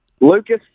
Lucas